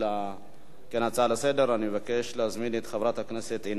הצעה לסדר-היום מס' 6334,